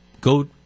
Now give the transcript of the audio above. Go